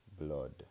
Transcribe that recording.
blood